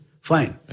fine